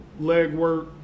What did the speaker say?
legwork